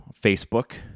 Facebook